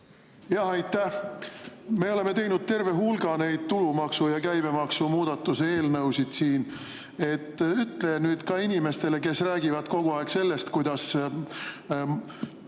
Aitäh! Me oleme teinud terve hulga neid tulumaksu ja käibemaksu muudatuse eelnõusid. Ütle nüüd ka inimestele, kes räägivad kogu aeg sellest, kuidas